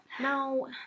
no